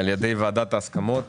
על ידי ועדת ההסכמות.